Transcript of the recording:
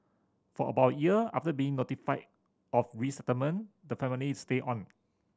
for about a year after being notified of resettlement the family stayed on